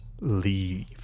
leave